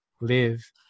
live